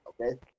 okay